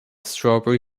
strawberry